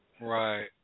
Right